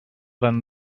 than